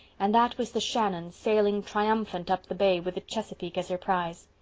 and that was the shannon sailing triumphant up the bay with the chesapeake as her prize.